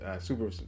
super